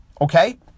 Okay